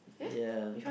ya